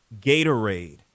Gatorade